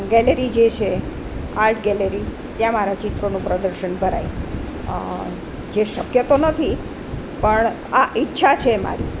gallery જે છે art gallery ત્યાં મારા ચિત્રોનું પ્રદર્શન કરાય જે શક્ય તો નથી પણ આ ઈચ્છા છે મારી